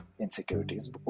insecurities